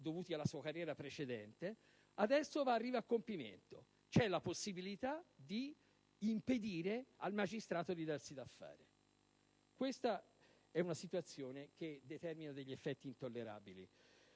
dovuti alla sua carriera precedente, adesso arriva a compimento: c'è la possibilità di impedire al magistrato di darsi da fare. Questa situazione determina effetti intollerabili.